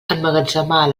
emmagatzemar